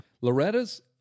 Loretta's